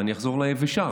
ואני אחזור לתשובה היבשה.